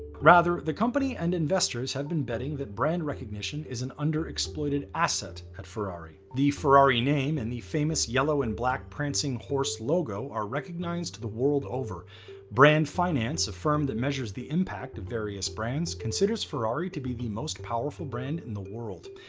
rather, the company and investors have been betting that brand recognition is an underexploited asset. at ferrari, the ferrari name and the famous yellow and black prancing horse logo are recognized the world over brand finance, a firm that measures the impact of various brands, considers ferrari to be the most powerful brand in the world.